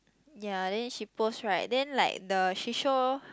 ya than she post right then like the she show